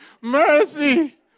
Mercy